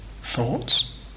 thoughts